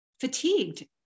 fatigued